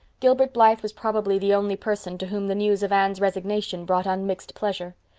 gilbert blythe was probably the only person to whom the news of anne's resignation brought unmixed pleasure.